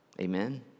Amen